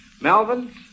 Melvin